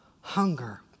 hunger